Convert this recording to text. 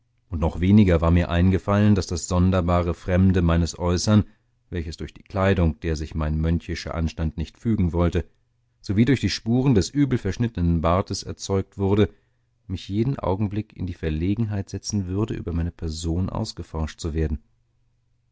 und noch weniger war mir eingefallen daß das sonderbare fremde meines äußern welches durch die kleidung der sich mein mönchischer anstand nicht fügen wollte sowie durch die spuren des übelverschnittenen bartes erzeugt wurde mich jeden augenblick in die verlegenheit setzen würde über meine person ausgeforscht zu werden